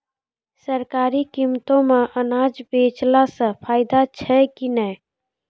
सरकारी कीमतों मे अनाज बेचला से फायदा छै कि नैय?